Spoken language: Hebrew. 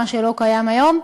מה שלא קיים היום,